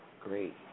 Great